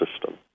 system